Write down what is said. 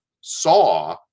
saw